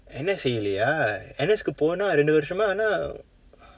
N_S செயலையா:seyalaiyaa N_S-uku போன இரண்டு வருடம்மா ஆனா:poona irandu varudamaa aanaa